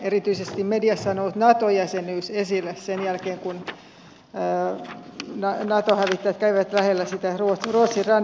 erityisesti mediassa on ollut nato jäsenyys esillä sen jälkeen kun nato hävittäjät kävivät lähellä sitä ruotsin rannikkoa